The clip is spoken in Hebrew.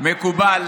מקובל